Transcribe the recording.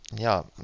Ja